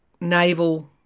naval